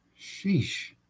Sheesh